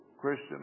Christian